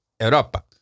Europa